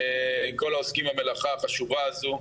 כל העוסקים במלאכה החשובה הזו.